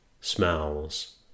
smells